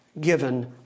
given